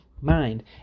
mind